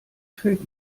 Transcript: fällt